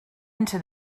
into